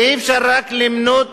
ואי-אפשר רק למנות